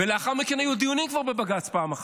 ולאחר מכן היו דיונים כבר בבג"ץ פעם אחת,